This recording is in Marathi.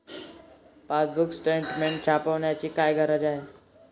पासबुक स्टेटमेंट छापण्याची काय गरज आहे?